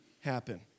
happen